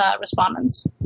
respondents